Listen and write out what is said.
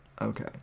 Okay